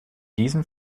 diesem